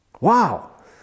Wow